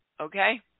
Okay